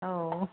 औ